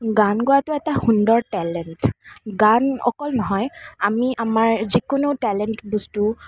গান গোৱাটো এটা সুন্দৰ টেলেণ্ট গান অকল নহয় আমি আমাৰ যিকোনো টেলেণ্ট বস্তু